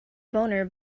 boner